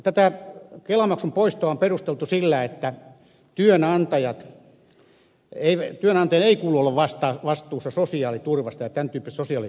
tätä kelamaksun poistoa on perusteltu sillä että työnantajien ei kuulu olla vastuussa sosiaaliturvasta ja tämän tyyppisistä sosiaalimaksuista